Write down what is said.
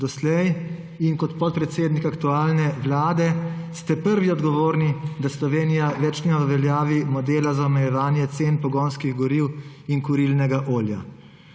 in kot podpredsednik aktualne vlade ste prvi odgovorni, da Slovenija več nima v veljavi modela za omejevanje cen pogonskih goriv in kurilnega olja.